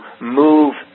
move